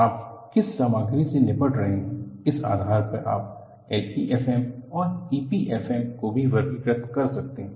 आप किस सामग्री से निपट रहे हैं इस आधार पर आप LEFM और EPFM को भी वर्गीकृत कर सकते हैं